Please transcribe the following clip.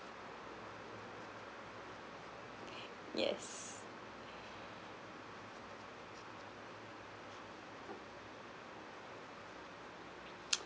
yes